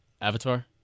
Avatar